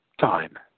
time